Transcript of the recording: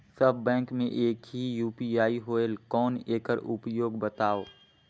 सब bank मे एक ही यू.पी.आई होएल कौन एकर उपयोग बताव?